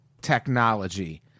technology